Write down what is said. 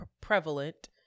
prevalent